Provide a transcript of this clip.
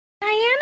diana